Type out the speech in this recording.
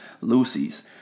Lucy's